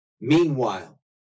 Meanwhile